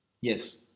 Yes